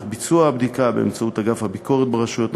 ביצוע הבדיקה באמצעות אגף הביקורת ברשויות המקומיות.